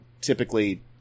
typically